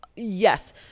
Yes